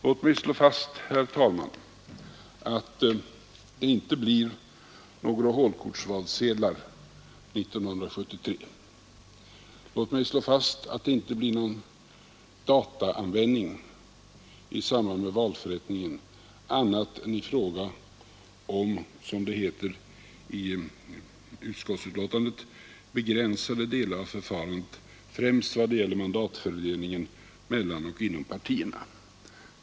Låt mig slå fast, herr talman, att det inte blir några hålkortsvalsedlar 1973 samt att det inte heller blir någon dataanvändning i samband med valförrättningen, annat än, som det heter i utskottets betänkande ”för begränsade delar av valförfarandet, främst vad gäller mandatfördelningen mellan och inom partierna”.